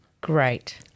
Great